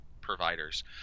providers